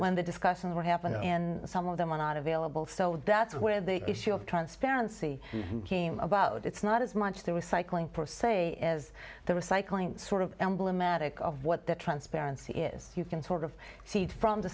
when the discussion of what happened in some of them were not available so that's where the issue of transparency came about it's not as much the recycling per se is the recycling sort of emblematic of what that transparency is you can sort of seed from the